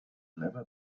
never